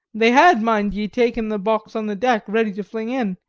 they had, mind ye, taken the box on the deck ready to fling in,